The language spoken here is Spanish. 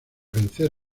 vencer